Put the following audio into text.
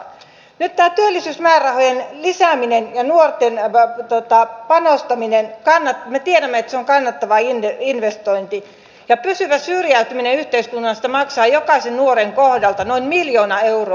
me tiedämme että nyt tämä työllisyysmäärärahojen lisääminen ja nuoriin panostaminen on kannattava investointi ja pysyvä syrjäytyminen yhteiskunnasta maksaa jokaisen nuoren kohdalta noin miljoona euroa